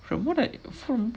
from what I from